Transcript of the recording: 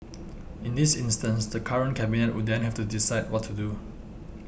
in this instance the current Cabinet would then have to decide what to do